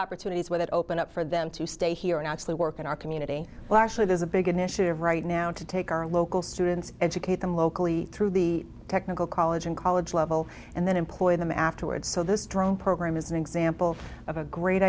opportunities with it open up for them to stay here and actually work in our community well actually there's a big initiative right now to take our local students educate them locally through the technical college and college level and then employ them afterwards so this drone program is an example of a great